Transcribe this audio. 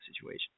situation